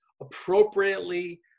appropriately